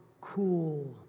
cool